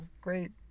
great